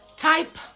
Type